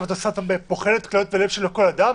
את עכשיו בוחנת לב וכליות של כל אדם?